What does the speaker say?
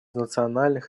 национальных